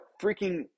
freaking